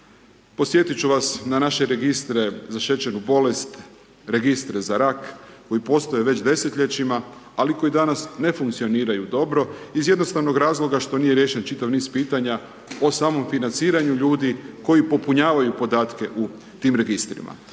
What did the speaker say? Podsjetit ću vas na naše registre za šećernu bolest, registre za rak, koji postoje već desetljećima, ali koji danas ne funkcioniraju dobro iz jednostavnog razloga što nije riješen čitav niz pitanja o samom financiranju ljudi koji popunjavaju podatke u tim registrima.